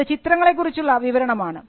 അത് ചിത്രങ്ങളെ കുറിച്ചുള്ള വിവരണമാണ്